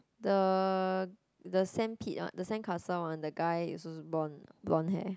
the the sand pit ah the sand castle on the guy is also blonde blonde hair